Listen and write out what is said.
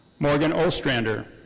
morgan ostrander.